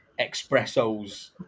espressos